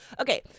Okay